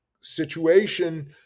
situation